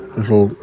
little